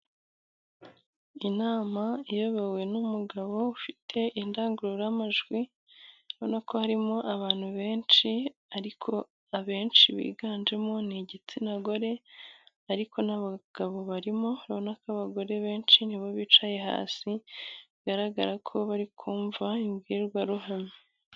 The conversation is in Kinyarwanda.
Inama iyobowe n'umugabo ufite indangururamajwi, ubona ko harimo abantu benshi, ariko abenshi biganjemo ni igitsina gore, ariko n'abagabo barimo, uranonako abagore benshi, nibo bicaye hasi, bigaragara ko bari kubwirwa imbwirwa ruhame.